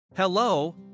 Hello